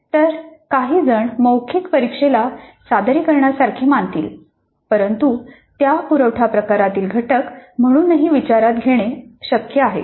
तर काही जण मौखिक परीक्षेला सादरीकरणसारखे मानतील परंतु त्या पुरवठा प्रकारातील घटक म्हणूनही विचारात घेणे शक्य आहे